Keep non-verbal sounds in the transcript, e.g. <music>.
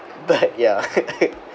but ya <laughs>